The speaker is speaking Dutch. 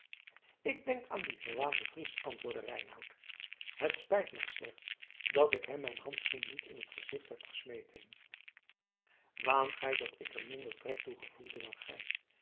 ik denk aan dien verwaanden fries antwoordde reinout het spijt mij slechts dat ik hem mijn handschoen niet in t gezicht heb gesmeten waant gij dat ik er minder trek toe gevoelde dan gij